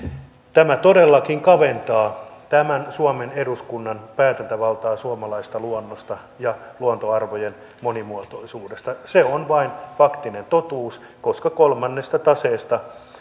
tämä todellakin kaventaa suomen eduskunnan päätäntävaltaa suomalaisesta luonnosta ja luontoarvojen monimuotoisuudesta se on vain faktinen totuus koska kolmannesta taseesta